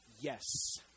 Yes